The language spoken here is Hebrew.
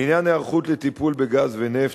לעניין ההיערכות לטיפול בגז ונפט,